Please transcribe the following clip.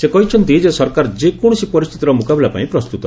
ସେ କହିଛନ୍ତି ଯେ ସରକାର ଯେକୌଣସି ପରିସ୍ଥିତିର ମୁକାବିଲା ପାଇଁ ପ୍ରସ୍ତୁତ